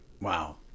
wow